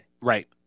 Right